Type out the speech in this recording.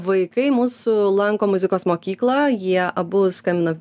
vaikai mūsų lanko muzikos mokyklą jie abu skambina